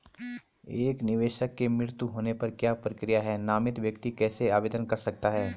एक निवेशक के मृत्यु होने पर क्या प्रक्रिया है नामित व्यक्ति कैसे आवेदन कर सकता है?